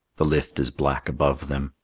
the lift is black above them,